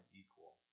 equal